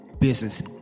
business